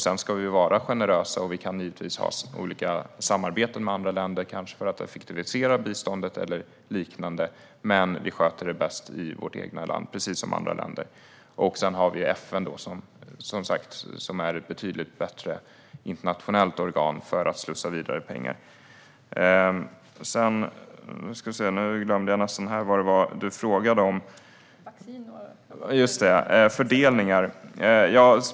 Sedan ska vi vara generösa, och vi kan givetvis ha olika samarbeten med andra länder, kanske för att effektivisera biståndet eller liknande, men vi sköter det bäst i vårt eget land, precis som andra länder gör. Vi kan använda oss av FN som är ett betydligt bättre internationellt organ för att slussa vidare pengar.